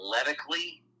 athletically